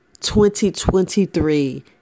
2023